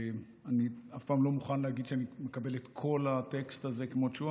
אני אף פעם לא מוכן להגיד שאני מקבל את כל הטקסט הזה כמו שהוא.